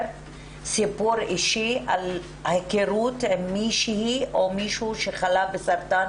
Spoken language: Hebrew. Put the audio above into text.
סיפור אישי על היכרות עם מישהי או מישהו שחלה בסרטן,